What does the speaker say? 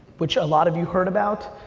which a lot of you heard about,